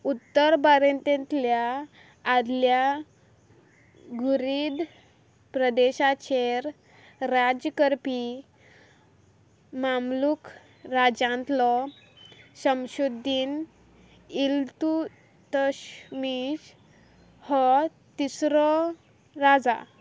उत्तर भारतेंतल्या आदल्या गुरीद प्रदेशाचेर राज्य करपी मामलूक राज्यांतलो शमशुद्दीन इल्तुतशमीश हो तिसरो राजा